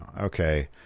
Okay